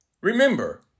Remember